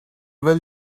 will